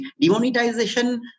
demonetization